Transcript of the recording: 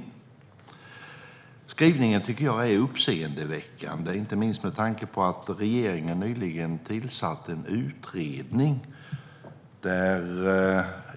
Denna skrivning tycker jag är uppseendeväckande, inte minst med tanke på att regeringen nyligen tillsatt en utredning där